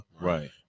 right